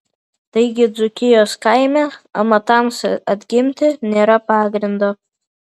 taigi dzūkijos kaime amatams atgimti nėra pagrindo